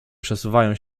przesuwają